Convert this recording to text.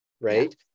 right